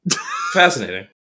Fascinating